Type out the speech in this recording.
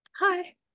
Hi